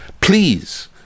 Please